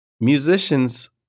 musicians